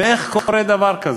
ואיך קורה דבר כזה?